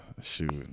Shoot